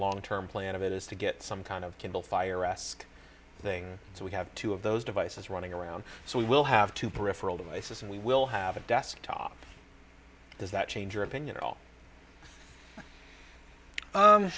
long term plan of it is to get some kind of kindle fire esque thing so we have two of those devices running around so we will have to peripheral devices and we will have a desktop does that change your opinion